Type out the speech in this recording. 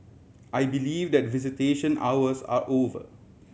I believe that visitation hours are over